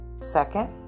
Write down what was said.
Second